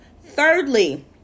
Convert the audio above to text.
thirdly